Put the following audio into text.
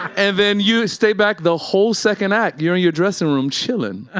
and then you stay back the whole second act. you're in your dressing room chilling.